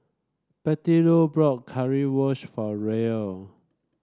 Bettylou bought Currywurst for Roel